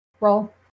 roll